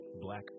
black